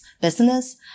business